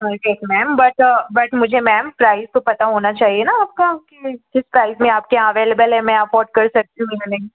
ma'am but but मुझे ma'am price तो पता होना चाहिए ना आपका कि किस प्राइस में आपके यहाँ अवेलेबल है मैं अफ़ोर्ड कर सकती हूँ या नहीं